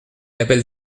appelle